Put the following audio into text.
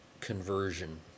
conversion